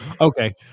Okay